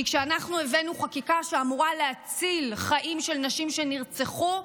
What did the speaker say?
כי כשאנחנו הבאנו חקיקה שאמורה להציל חיים של נשים שנרצחו,